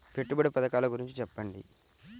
పెట్టుబడి పథకాల గురించి చెప్పండి?